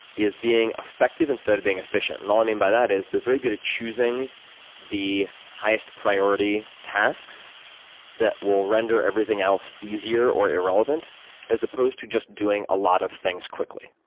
is being effective instead of being efficient. and what i mean by that is they're very good at choosing the highest priority tasks that will render everything else easier, or irrelevant as opposed to just doing a lot of things quickly.